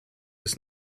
ist